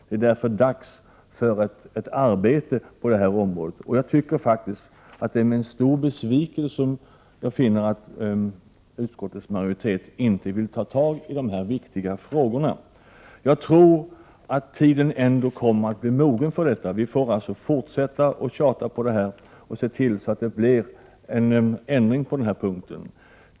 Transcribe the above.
Det är dags för ett arbete på det området, och det är med stor besvikelse som jag finner att utskottets majoritet inte vill ta tag i de här viktiga frågorna. Jag tror att tiden ändå kommer att bli mogen för detta. Vi får alltså fortsätta att tjata och se till att det blir en ändring på den här punkten.